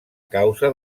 causa